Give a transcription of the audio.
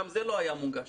גם זה לא היה מונגש.